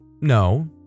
No